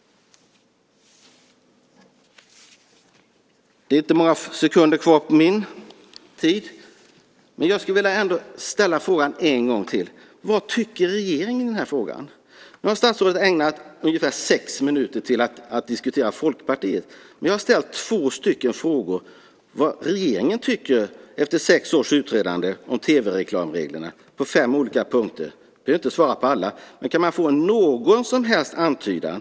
Det är inte många sekunder kvar av min talartid, men jag vill ändå ställa frågan en gång till: Vad tycker regeringen i frågan? Nu har statsrådet ägna ungefär sex minuter åt att diskutera Folkpartiet. Jag har ställt två frågor. Vad tycker regeringen efter sex års utredande om tv-reklamreglerna på fem olika punkter? Statsrådet behöver inte svara på alla, men kan man få någon som helst antydan?